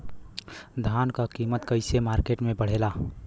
धान क कीमत कईसे मार्केट में बड़ेला?